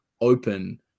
open